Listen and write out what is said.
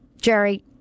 Jerry